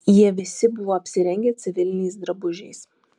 jie visi buvo apsirengę civiliniais drabužiais